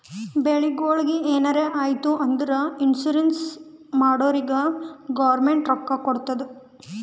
ಬೆಳಿಗೊಳಿಗ್ ಎನಾರೇ ಆಯ್ತು ಅಂದುರ್ ಇನ್ಸೂರೆನ್ಸ್ ಮಾಡ್ದೊರಿಗ್ ಗೌರ್ಮೆಂಟ್ ರೊಕ್ಕಾ ಕೊಡ್ತುದ್